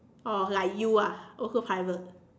oh like you ah also private